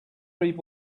read